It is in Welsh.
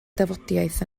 dafodiaith